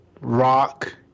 rock